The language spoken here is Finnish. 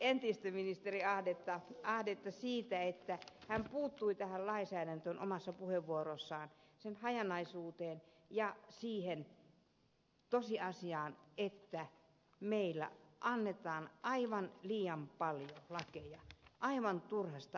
entistä ministeri ahdetta siitä että hän puuttui tähän lainsäädäntöön omassa puheenvuorossaan sen hajanaisuuteen ja siihen tosiasiaan että meillä annetaan aivan liian paljon lakeja aivan turhista asioista